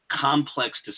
complex